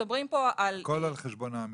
הכול על חשבון העמיתים.